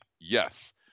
Yes